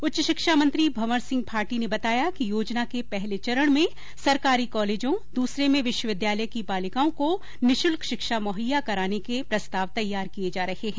उच्च शिक्षा मंत्री भंवर सिंह भाटी ने बताया कि योजना के पहले चरण में सरकारी कॉलेजों दूसरे में विश्वविद्यालय की बालिकाओं को निःशुल्क शिक्षा मुहैया कराने के प्रस्ताव तैयार किये जा रहे है